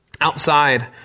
Outside